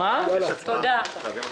תודה.